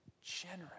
generous